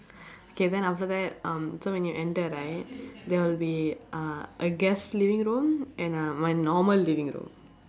K then after that um so when you enter right there will be uh a guest living room and uh my normal living room